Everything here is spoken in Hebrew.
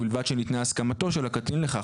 ובלבד שניתנה הסכמתו של הקטין לכך,